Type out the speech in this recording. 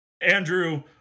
Andrew